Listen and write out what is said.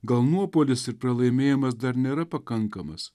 gal nuopuolis ir pralaimėjimas dar nėra pakankamas